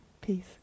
Peace